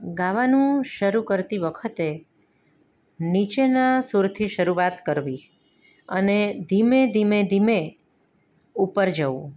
ગાવાનું શરૂ કરતી વખતે નીચેના સુરથી શરૂઆત કરવી અને ધીમે ધીમે ધીમે ઉપર જવું